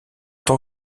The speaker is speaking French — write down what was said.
tant